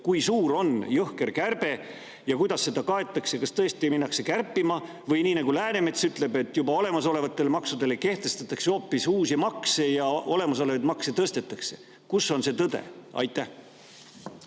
Kui suur on jõhker kärbe ja kuidas seda kaetakse? Kas tõesti minnakse kärpima või [tehakse] nii, nagu Läänemets ütleb, et juba olemasolevatele maksudele [lisaks] kehtestatakse hoopis uusi makse ja olemasolevaid makse tõstetakse? Kus on tõde? Aitäh